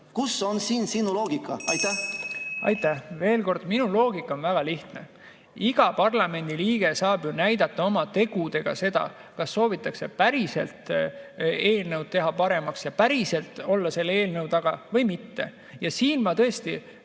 Kus on siin loogika? Aitäh! Veel kord, minu loogika on väga lihtne. Iga parlamendiliige saab näidata oma tegudega seda, kas soovitakse päriselt eelnõu paremaks teha ja päriselt olla selle eelnõu taga või mitte. Ma tõesti